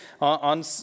on